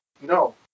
no